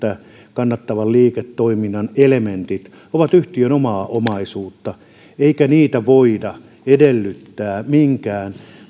kannattavan liiketoiminnan elementit ovat yhtiön omaa omaisuutta eikä niitä voida edellyttää minkään